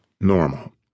normal